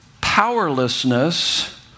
powerlessness